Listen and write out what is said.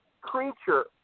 creature